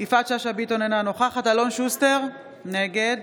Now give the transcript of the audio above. יפעת שאשא ביטון, אינה נוכחת אלון שוסטר, נגד